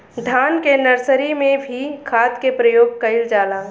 धान के नर्सरी में भी खाद के प्रयोग कइल जाला?